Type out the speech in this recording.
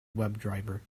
webdriver